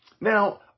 now